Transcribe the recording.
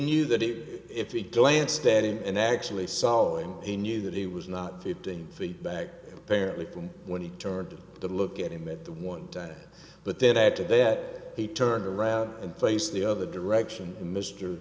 knew that it if it glanced at him and actually saw him he knew that he was not fifteen feet back perry from when he turned to look at him at the one time but then add to that he turned around and face the other direction mr